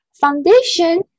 foundation